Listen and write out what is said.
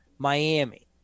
Miami